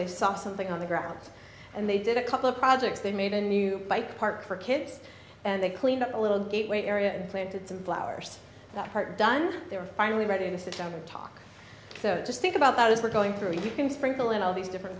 they saw something on the ground and they did a couple of projects they made a new bike park for kids and they cleaned up a little gateway area and planted some flowers that part done they are finally ready to sit down to talk so just think about that as we're going through you can sprinkle in all these different